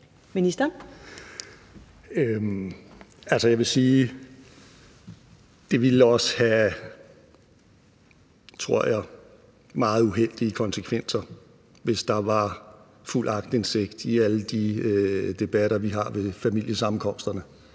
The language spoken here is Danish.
jeg, ville have meget uheldige konsekvenser, hvis der var fuld aktindsigt i alle de debatter, vi har ved familiesammenkomsterne.